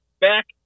back